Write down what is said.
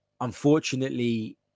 Unfortunately